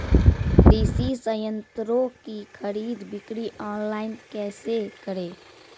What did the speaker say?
कृषि संयंत्रों की खरीद बिक्री ऑनलाइन कैसे करे?